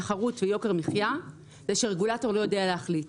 תחרות ויוקר מחיה הוא שהרגולטור לא יודע להחליט.